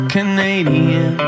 Canadian